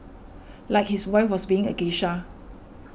like his wife was being a geisha